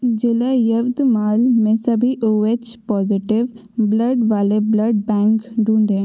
ज़िला यवतमाल में सभी ओ एच प्लस ब्लड वाले ब्लड बैंक ढूँढें